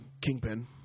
Kingpin